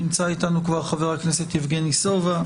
נמצא איתנו חבר הכנסת סובה.